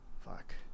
Fuck